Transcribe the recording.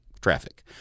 traffic